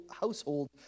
household